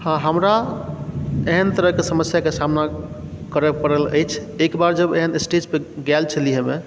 हँ हमरा एहन तरहके समस्याके सामना करै पड़ल अछि एक बार जब एहन स्टेजपर गाएल छलिए हमे